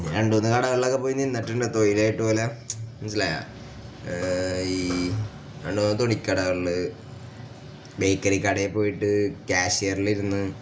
പിന്നെ രണ്ട് മൂന്ന് കടകളിലൊക്കെ പോയി നിന്നിട്ടുണ്ട് തൊഴിലായിട്ട് പോലെ മനസ്സിലായോ ഈ രണ്ട് മൂന്ന് തുണിക്കടകളിൽ ബേക്കറി കട പോയിട്ട് ക്യാഷിയറിലിരുന്ന്